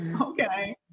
Okay